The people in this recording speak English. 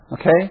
Okay